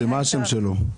מה השם שלו?